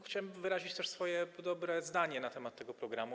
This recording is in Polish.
Chciałem wyrazić też swoje dobre zdanie na temat tego programu.